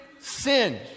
sin